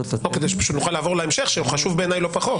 שנוכל לעבור להמשך, שהוא חשוב בעיניי לא פחות.